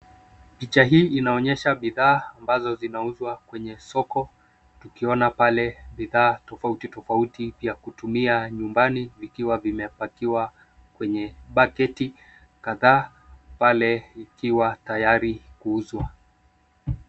Picha hii inaonyesha bidhaa ambazo zinauzwa kwenye soko, tukiona pale bidhaa tofauti tofauti vya kutumia nyumbani vikiwa vimepakiwa kwenye bucket kadhaa pale vikiwa tayari kuuzwa.